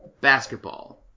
basketball